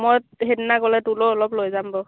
মই সেইদিনা গ'লে তোলৈও অলপ লৈ যাম বাৰু